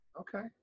Okay